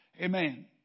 Amen